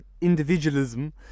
individualism